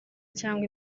cyangwa